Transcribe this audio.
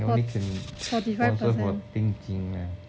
I only can sponsor for 定金 leh